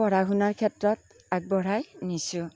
পঢ়া শুনাৰ ক্ষেত্ৰত আগবঢ়াই নিছোঁ